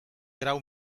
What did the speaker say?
grau